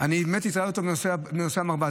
אני באמת הטרדתי בנושא המרב"ד.